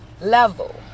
level